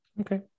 Okay